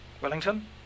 Wellington